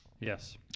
Yes